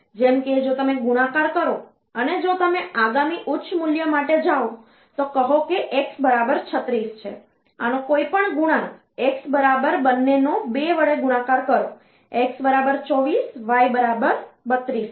જેમ કે જો તમે ગુણાકાર કરો અને જો તમે આગામી ઉચ્ચ મૂલ્ય માટે જાઓ તો કહો કે x બરાબર 36 છે આનો કોઈપણ ગુણાંક x બરાબર બંનેનો 2 વડે ગુણાકાર કરો x બરાબર 24 y બરાબર 32 છે